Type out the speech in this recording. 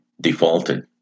defaulted